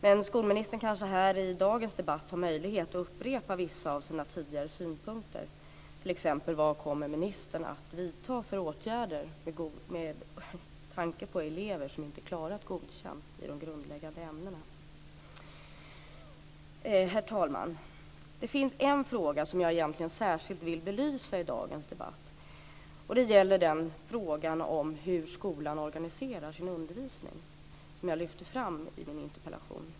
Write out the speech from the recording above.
Men skolministern har kanske i dagens debatt möjlighet att upprepa vissa av sina tidigare synpunkter, t.ex. när det gäller vilka åtgärder ministern kommer att vidta med tanke på elever som inte klarat Godkänd i de grundläggande ämnena. Herr talman! Det finns en fråga som jag särskilt vill belysa i dagens debatt, och det gäller frågan om hur skolan organiserar sin undervisning, som jag lyfte fram i min interpellation.